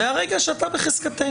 מהרגע שהוא בחזקתה,